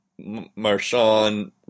Marshawn